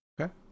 Okay